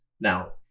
now